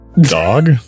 Dog